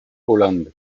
holland